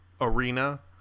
arena